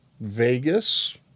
Vegas